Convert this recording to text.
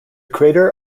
crater